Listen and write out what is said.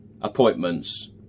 appointments